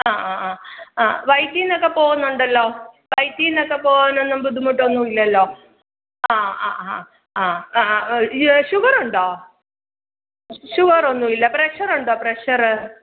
ആ ആ ആ ആ വയറ്റിൽ നിന്നൊക്കെ പോവുന്നുണ്ടല്ലോ വയറ്റിൽ നിന്നൊക്കെ പോകാനൊന്നും ബുദ്ധിമുട്ടൊന്നും ഇല്ലല്ലോ ആ ആ ആ ആ ആ ആ ഷുഗർ ഉണ്ടോ ഷുഗർ ഒന്നുമില്ല പ്രഷർ ഉണ്ടോ പ്രഷർ